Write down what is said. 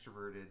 extroverted